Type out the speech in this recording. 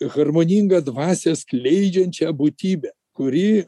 harmoningą dvasią skleidžiančią būtybę kuri